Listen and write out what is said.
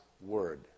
word